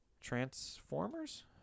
transformers